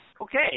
Okay